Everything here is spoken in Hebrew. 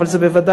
אבל זה בוודאי,